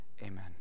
Amen